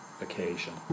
occasion